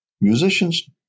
Musicians